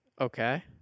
Okay